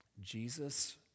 Jesus